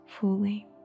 fully